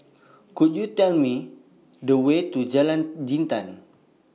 Could YOU Tell Me The Way to Jalan Jintan